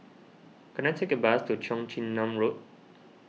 can I take a bus to Cheong Chin Nam Road